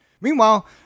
meanwhile